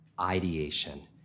ideation